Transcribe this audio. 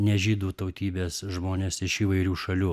nežydų tautybės žmonės iš įvairių šalių